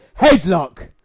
headlock